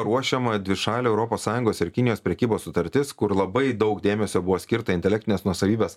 ruošiama dvišalė europos sąjungos ir kinijos prekybos sutartis kur labai daug dėmesio buvo skirta intelektinės nuosavybės